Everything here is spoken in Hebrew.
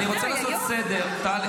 תודה,